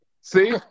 See